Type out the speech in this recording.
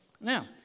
Now